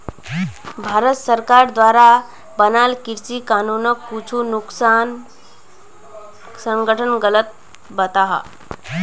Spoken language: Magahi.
भारत सरकार द्वारा बनाल कृषि कानूनोक कुछु किसान संघठन गलत बताहा